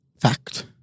fact